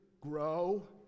grow